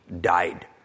died